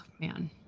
man